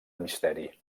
misteri